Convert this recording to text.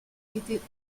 étaient